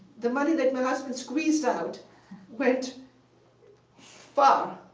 the money that my husband squeezed out went far.